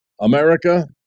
America